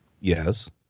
Yes